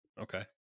Okay